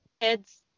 kids